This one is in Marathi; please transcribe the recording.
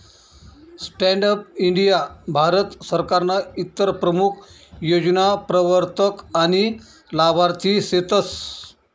स्टॅण्डप इंडीया भारत सरकारनं इतर प्रमूख योजना प्रवरतक आनी लाभार्थी सेतस